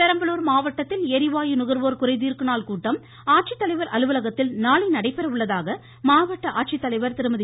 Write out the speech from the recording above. பெரம்பலூர் மாவட்டத்தில் ளிவாயு நுகர்வோர் குறைதீர் நாள் கூட்டம் ஆட்சித்தலைவர் அலுவலகத்தில் நாளை நடைபெற உள்ளதாக மாவட்ட ஆட்சித்தலைவர் திருமதி